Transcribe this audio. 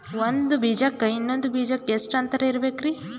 ಒಂದ್ ಬೀಜಕ್ಕ ಇನ್ನೊಂದು ಬೀಜಕ್ಕ ಎಷ್ಟ್ ಅಂತರ ಇರಬೇಕ್ರಿ?